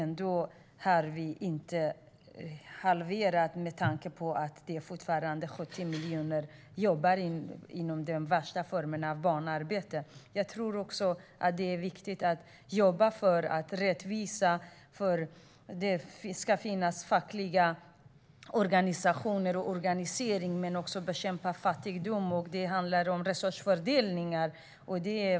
Vi har ändå inte halverat siffrorna med tanke på att det fortfarande är 70 miljoner barn som jobbar inom de värsta formerna av barnarbete. Jag tror också att det är viktigt att jobba för rättvisa och för att det ska finnas fackliga organisationer och organisering. Vi ska också bekämpa fattigdom, och det handlar om resursfördelning.